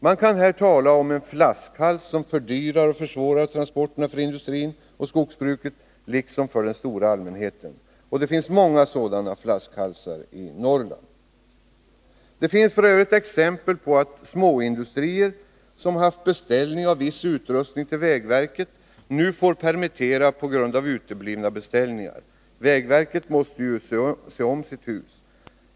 Man kan här tala om en flaskhals som fördyrar och försvårar transporterna för industrin och skogsbruket liksom för den stora allmänheten. Det finns många sådana flaskhalsar i Norrland. F. ö. finns det exempel på att småindustrier som har beställning av viss utrustning till vägverket nu får lov att permittera på grund av uteblivna beställningar. Vägverket måste ju se om sitt hus.